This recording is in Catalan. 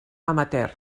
amateur